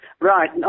Right